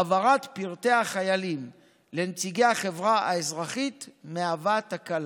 העברת פרטי החיילים לנציגי החברה האזרחית מהווה תקלה.